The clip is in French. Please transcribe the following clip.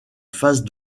phase